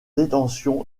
détention